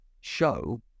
show